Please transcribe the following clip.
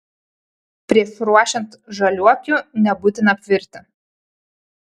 prieš ruošiant žaliuokių nebūtina apvirti